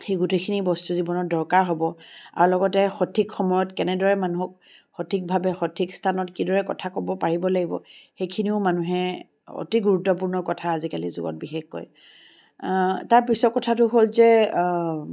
সেই গোটেইখিনি বস্তু জীৱনত দৰকাৰ হ'ব আৰু লগতে সঠিক সময়ত কেনেদৰে মানুহক সঠিকভাৱে সঠিক স্থানত কিদৰে কথা ক'ব পাৰিব লাগিব সেইখিনিও মানুহে অতি গুৰুত্বপূৰ্ণ কথা আজিকালিৰ যুগত বিশেষকৈ তাৰ পিছৰ কথাটো হ'ল যে